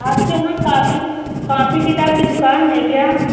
आपके यहाँ copy copy किताब की दुकान है क्या